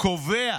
וקובע